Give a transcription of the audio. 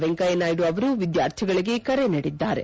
ವೆಂಕಯ್ತ ನಾಯ್ಡು ಅವರು ವಿದ್ಕಾರ್ಥಿಗಳಿಗೆ ಕರೆ ನೀಡಿದ್ದಾರೆ